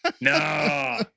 No